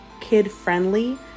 kid-friendly